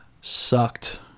sucked